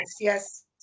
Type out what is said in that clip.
Yes